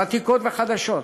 ותיקות וחדשות,